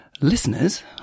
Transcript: listeners